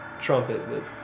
trumpet